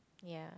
ya